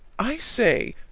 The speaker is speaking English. i say,